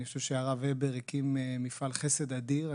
אני חושב שהרב הבר הקים מפעל חסד אדיר.